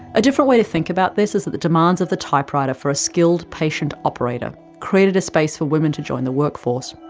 a different way to think about this is that the demands of the typewriter, for a skilled and patient operator, created space for women to join the work force.